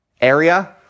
area